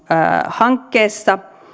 hankkeessa